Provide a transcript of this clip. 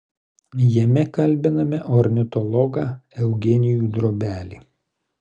jame kalbiname ornitologą eugenijų drobelį